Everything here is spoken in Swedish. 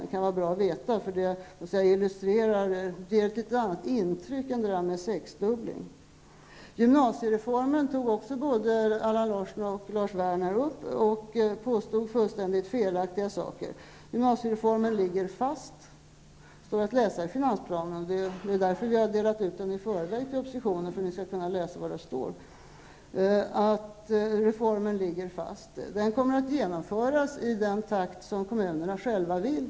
Det kan vara bra att veta, för det ger ett litet annat intryck än när det talas om sexdubbling. Gymnasiereformen tog också både Allan Larsson och Lars Werner upp och påstod fullständigt felaktiga saker. Gymnasiereformen ligger fast. Det står att läsa i finansplanen. Vi har delat ut den i förväg till oppositionen för att ni skall kunna läsa vad som står där. Reformen kommer att genomföras i den takt som kommunerna själva vill.